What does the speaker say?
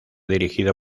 dirigido